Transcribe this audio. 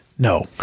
No